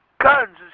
guns